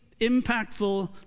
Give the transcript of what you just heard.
impactful